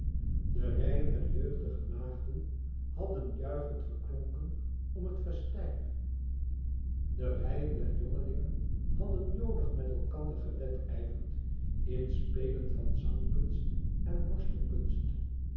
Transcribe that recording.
de reien der jeugdige maagden hadden juichend geklonken om het festijn de rijen der jongelingen hadden jolig met elkander gewedijverd in spelen van zangkunst en